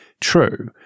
true